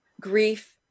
Grief